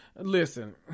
Listen